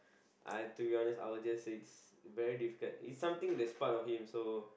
I to be honest I would just say it's very difficult it's something that's part of him so